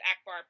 Akbar